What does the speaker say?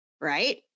right